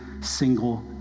single